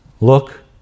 look